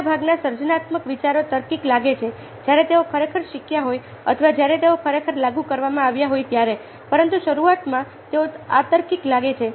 મોટાભાગના સર્જનાત્મક વિચારો તાર્કિક લાગે છે જ્યારે તેઓ ખરેખર શીખ્યા હોય અથવા જ્યારે તેઓ ખરેખર લાગુ કરવામાં આવ્યા હોય ત્યારે પરંતુ શરૂઆતમાં તેઓ અતાર્કિક લાગે છે